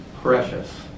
precious